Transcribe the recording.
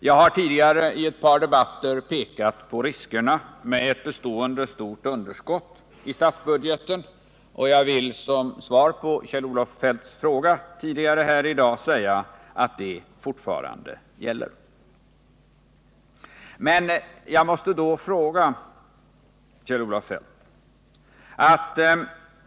Jag har tidigare i ett par debatter pekat på riskerna med ett bestående stort underskott i statsbudgeten, och jag vill som svar på Kjell Olof Feldts fråga tidigare här i dag säga att det fortfarande gäller.